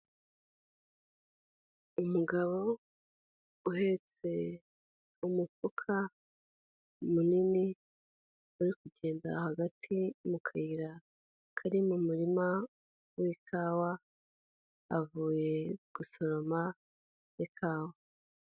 Umugabo uhetse umufuka munini uri kugenda hagati mu kayira karimo mu murima w'ikawa avuye gusoroma ikawa.